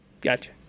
Gotcha